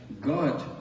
God